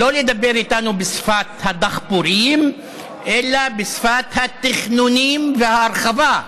לא לדבר איתנו בשפת הדחפורים אלא בשפת התכנונים וההרחבה.